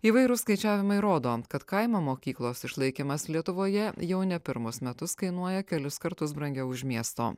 įvairūs skaičiavimai rodo kad kaimo mokyklos išlaikymas lietuvoje jau ne pirmus metus kainuoja kelis kartus brangiau už miesto